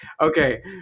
okay